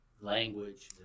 language